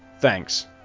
Thanks